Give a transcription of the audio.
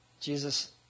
Jesus